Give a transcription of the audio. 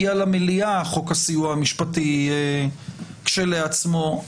חוק הסיוע כשלעצמו לא הגיע למליאה.